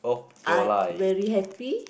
I very happy